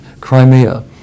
Crimea